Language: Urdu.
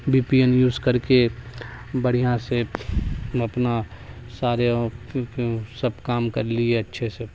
بی پی این یوز کر کے بڑھیاں سے اپنا سارے سب کام کر لیے اچھے سے